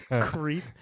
Creep